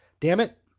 damn it,